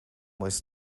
was